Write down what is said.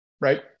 right